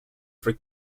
over